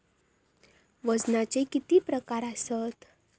वजनाचे किती प्रकार आसत?